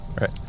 Right